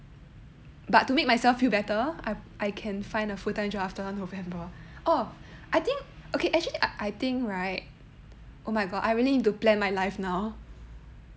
but to make myself feel better I I can find a full time job after november oh I think okay actually I think right oh my god I really need to plan my life now